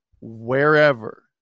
wherever